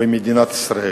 במדינת ישראל.